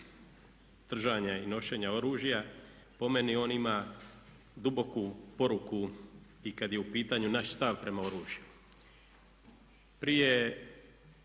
držanja i nošenja oružja. Po meni on ima duboku poruku i kad je u pitanju naš stav prema oružju.